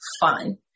fun